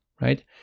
right